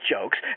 jokes